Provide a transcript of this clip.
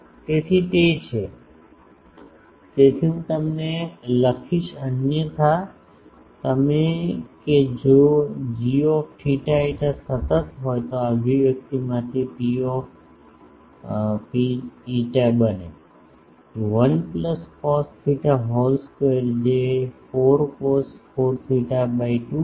તેથી તે છે તેથી હું તમને લખીશ અન્યથા તમે કે જો g θ φ સતત હોય તો આ અભિવ્યક્તિમાંથી P ρ φ બને 1 plus cos theta whole square જે 4 cos 4 theta by 2 છે